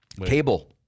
cable